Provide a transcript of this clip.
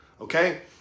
okay